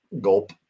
gulp